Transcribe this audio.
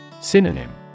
Synonym